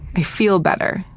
i feel better.